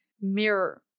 mirror